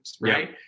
right